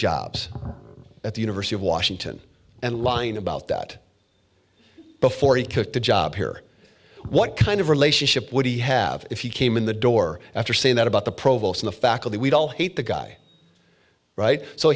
jobs at the university of washington and lying about that before he cooked a job here what kind of relationship would he have if he came in the door after saying that about the provost of the faculty we all hate the guy right so